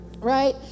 right